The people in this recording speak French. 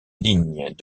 lignes